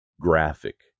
graphic